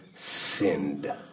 sinned